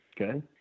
Okay